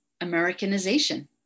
Americanization